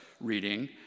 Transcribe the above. reading